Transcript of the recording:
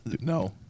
no